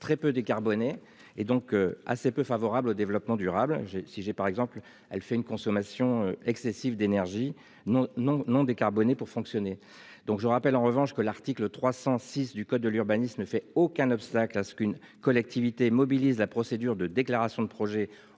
très peu décarboné. Et donc, assez peu favorable au développement durable. J'ai, si j'ai par exemple elle fait une consommation excessive d'énergie. Non non non décarboné pour fonctionner. Donc je rappelle en revanche que l'article 306 du code de l'urbanisme ne fait aucun obstacle à ce qu'une collectivité mobilise la procédure de déclaration de projet